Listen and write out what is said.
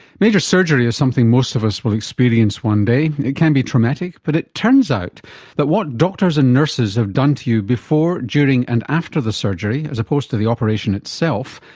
major surgery is something most of us will experience one day. it can be traumatic but it turns out that what doctors and nurses have done to you before, during and after the surgery, as opposed to the operation itself,